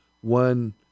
one